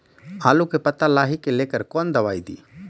आलू के पत्ता लाही के लेकर कौन दवाई दी?